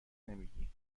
نمیگی